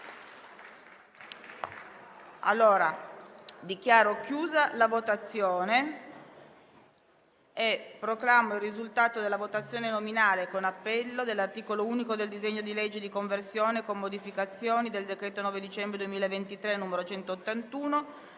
Dichiaro chiusa la votazione. Proclamo il risultato della votazione nominale con appello dell'articolo unico del disegno di legge n. 996, di conversione in legge, con modificazioni, del decreto-legge 9 dicembre 2023, n. 181,